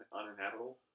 uninhabitable